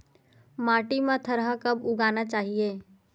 माटी मा थरहा कब उगाना चाहिए?